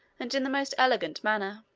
and in the most elegant manner.